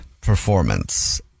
performance